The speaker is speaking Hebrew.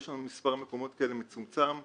יש לנו מספר מקומות כאלה מצומצם בערבה,